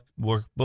workbook